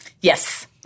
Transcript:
Yes